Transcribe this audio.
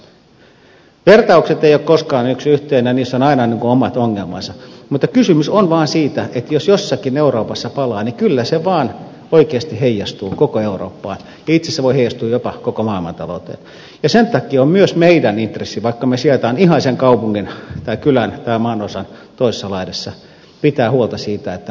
vertaukset eivät ole koskaan yksi yhteen ja niissä on aina omat ongelmansa mutta kysymys on vaan siitä että jos jossakin euroopassa palaa niin kyllä se vaan oikeasti heijastuu koko eurooppaan ja itse asiassa voi heijastua jopa koko maailmantalouteen ja sen takia on myös meidän intressimme vaikka me sijaitsemme ihan sen kaupungin tai kylän tai maanosan toisessa laidassa pitää huolta siitä että nämä tulipalot sammutetaan